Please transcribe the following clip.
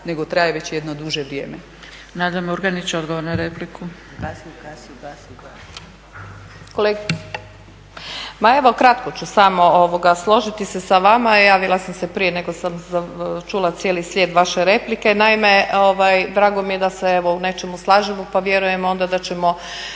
nego traje već jedno duže vrijeme.